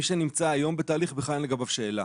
מי שנמצא היום בתהליך בכלל אין לגביו שאלה,